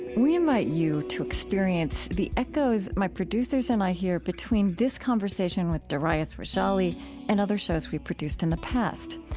we and you to experience the echoes my producers and i hear between this conversation with darius rejali and other shows we've produced in the past.